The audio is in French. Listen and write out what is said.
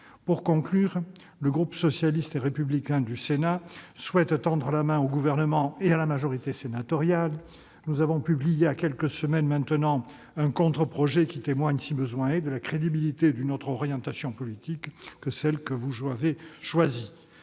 Pour conclure, le groupe socialiste et républicain souhaite tendre la main au Gouvernement et à la majorité sénatoriale. Nous avons publié, voilà quelques semaines, un contre-budget qui témoigne, si besoin était, de la crédibilité d'une autre orientation politique que celle que vous avez choisie.